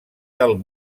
del